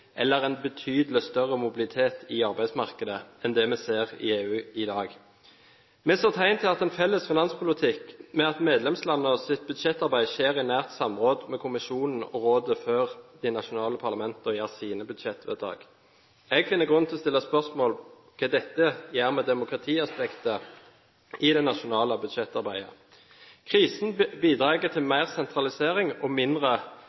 eller en betydelig større mobilitet i arbeidsmarkedet enn det vi ser i EU i dag. Vi ser tegn til en felles finanspolitikk ved at medlemslandenes budsjettarbeid skjer i nært samråd med kommisjonen og rådet før de nasjonale parlamentene gjør sine budsjettvedtak. Jeg finner grunn til å stille spørsmål ved hva dette gjør med demokratiaspektet i det nasjonale budsjettarbeidet. Krisen bidrar til mer sentralisering og mindre